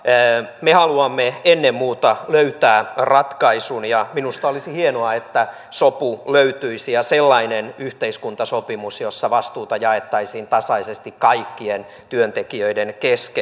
me haluamme ennen muuta löytää ratkaisun ja minusta olisi hienoa että sopu löytyisi ja sellainen yhteiskuntasopimus jossa vastuuta jaettaisiin tasaisesti kaikkien työntekijöiden kesken